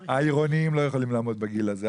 העירוניים לא יכולים לעמוד בגיל הזה,